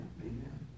Amen